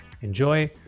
enjoy